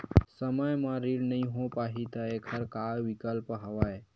समय म ऋण नइ हो पाहि त एखर का विकल्प हवय?